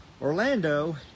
Orlando